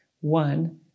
one